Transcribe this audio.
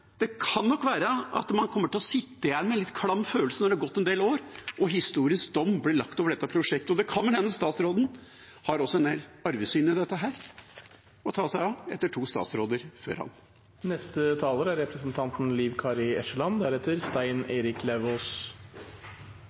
Det kan nok være at man kommer til å sitte igjen med en litt klam følelse når det har gått en del år og historisk dom blir lagt over dette prosjektet. Og det kan vel hende statsråden også har en del arvesynd å ta seg av i dette, etter to statsråder før ham. Det var veldig hyggeleg at eg no fekk koma etter representanten